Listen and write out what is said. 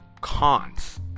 cons